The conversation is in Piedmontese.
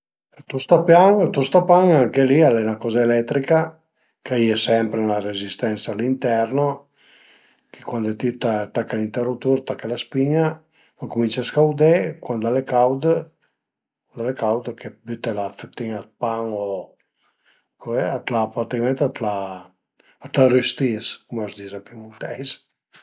Ël tostapan, ël tostapan anche li al e 'na coza eletrica ch'a ie sempre 'na rezistensa all'interno che cuandi ti tache l'interutur, tache la spin-a a cumincia a scaudé, cuand al e caud, cuand al e caud, büte la fëtin-a d'pan o a t'la praticament a t'la rüstis, cum a s'dis ën piemunteis